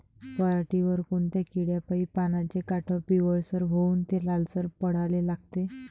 पऱ्हाटीवर कोनत्या किड्यापाई पानाचे काठं पिवळसर होऊन ते लालसर पडाले लागते?